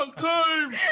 time